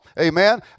Amen